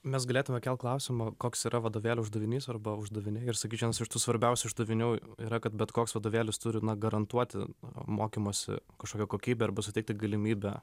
mes galėtume kelt klausimą koks yra vadovėlio uždavinys arba uždaviniai vienas iš tų svarbiausių uždavinių yra kad bet koks vadovėlis turi garantuoti mokymosi kažkokią kokybę arba suteikti galimybę